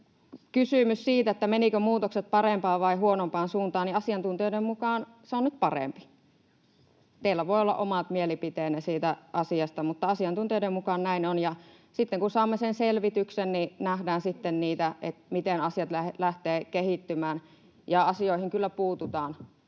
kysymykseen siitä, menivätkö muutokset parempaan vai huonompaan suuntaan: Asiantuntijoiden mukaan se on nyt parempi. Teillä voi olla omat mielipiteenne siitä asiasta, mutta asiantuntijoiden mukaan näin on. Sitten kun saamme sen selvityksen, niin nähdään sitten, miten asiat lähtevät kehittymään, ja asioihin kyllä puututaan,